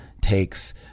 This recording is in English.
takes